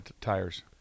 tires